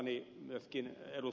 ahde myöskin ed